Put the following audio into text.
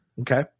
Okay